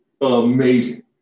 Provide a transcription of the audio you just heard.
amazing